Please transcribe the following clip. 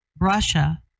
russia